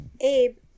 Abe